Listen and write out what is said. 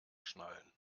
schnallen